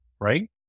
right